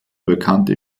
bekannte